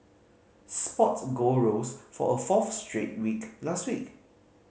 spot gold rose for a fourth straight week last week